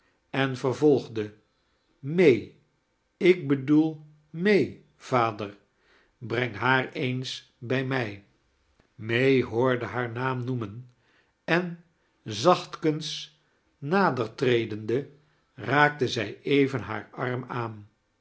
en vervolgde may ik bedoel ma vader breng haar eens bij mij may hoorde haar naam noemen en zachtkens nadertredende raakte zij even haar arm aan